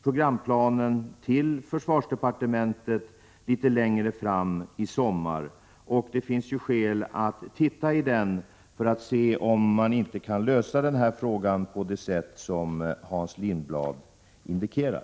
Programplanen kommer ju till försvarsdepartementet litet längre fram i sommar, och då finns det skäl att se om man inte kan lösa dessa frågor på det sätt som Hans Lindblad indikerar.